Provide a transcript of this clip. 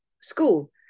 school